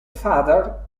father